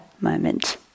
moment